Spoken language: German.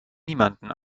niemanden